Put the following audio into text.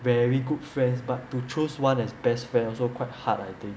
very good friends but to choose one as best friend also quite hard I think